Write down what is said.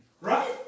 Right